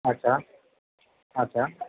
আচ্ছা আচ্ছা